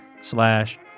slash